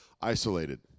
isolated